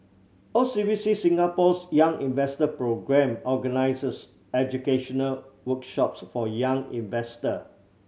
O C B C Singapore's Young Investor Programme organizes educational workshops for young investor